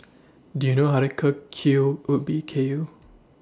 Do YOU know How to Cook Kuih Ubi Kayu